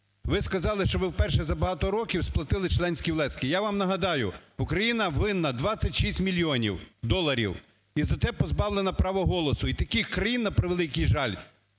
Ви сказали, що ви вперше за багато років сплатили членські внески. Я вам нагадаю, Україна винна 26 мільйонів доларів і за це позбавлена права голосу, і таких країн, на превеликий жаль,